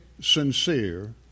sincere